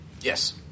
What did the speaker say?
Yes